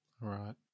Right